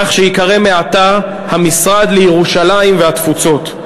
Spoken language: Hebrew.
כך שייקרא מעתה: המשרד לירושלים והתפוצות.